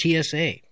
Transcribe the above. TSA